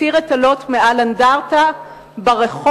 תסיר את הלוט מעל אנדרטה ברחוב,